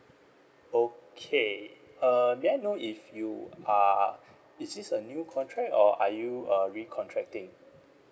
okay uh may I know if you are is this a new contract or are you uh recontracting